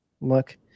look